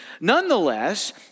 Nonetheless